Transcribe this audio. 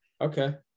Okay